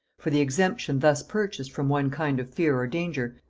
for the exemption thus purchased from one kind of fear or danger,